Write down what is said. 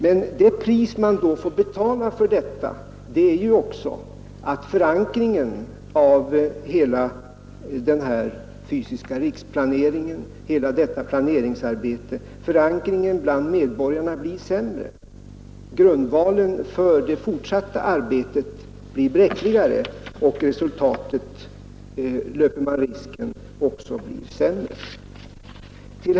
Men det pris man då får betala för detta är ju också att förankringen bland medborgarna av hela det här fysiska riksplaneringsarbetet blir sämre. Grundvalen för det fortsatta arbetet blir bräckligare och man löper risken att resultatet också blir sämre.